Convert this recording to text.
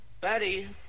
Betty